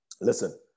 Listen